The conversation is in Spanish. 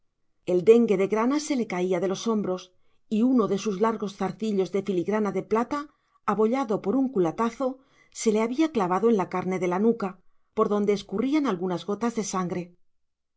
el dengue de grana se le caía de los hombros y uno de sus largos zarcillos de filigrana de plata abollado por un culatazo se le había clavado en la carne de la nuca por donde escurrían algunas gotas de sangre